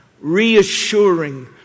reassuring